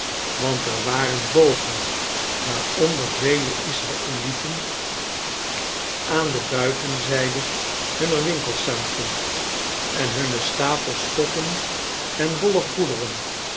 want er waren bogen waaronder vele israelieten aan de buitenzijde hunner winkels zaten en hunne stapels stoffen en wollen goederen